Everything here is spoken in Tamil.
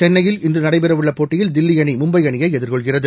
சென்னையில் நடைபெற உள்ள போட்டியில் தில்லி அணி மும்பை இன்று அணியை எதிர்கொள்கிறது